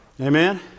Amen